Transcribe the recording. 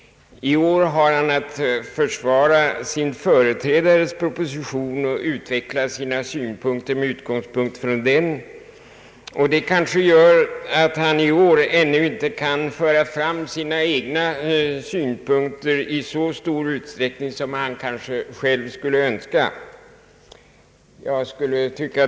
I år har han att försvara sin företrädares proposition och utveckla sin uppfattning med utgångspunkt därifrån. Därför kan han ännu inte föra fram sina egna synpunkter i den utsträckning han kanske själv skulle önska.